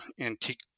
antique